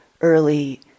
early